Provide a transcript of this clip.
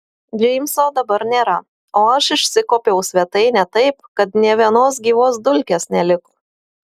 džeimso dabar nėra o aš išsikuopiau svetainę taip kad nė vienos gyvos dulkės neliko